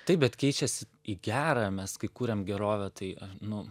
taip bet keičias į gera mes kai kuriam gerovę tai nu